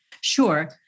Sure